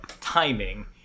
timing